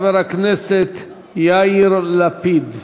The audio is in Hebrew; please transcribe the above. חבר הכנסת יאיר לפיד.